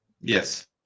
Yes